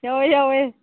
ꯌꯥꯎꯋꯦ ꯌꯥꯎꯋꯦ